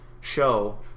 show